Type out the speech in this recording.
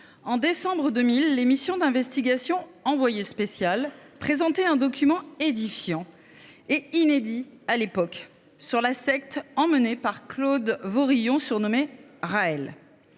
en décembre 2000, l’émission d’investigation présentait un document édifiant, inédit à l’époque, sur la secte menée par Claude Vaurilhon, surnommé Raël.